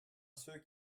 ceux